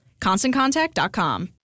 ConstantContact.com